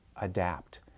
adapt